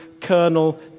Colonel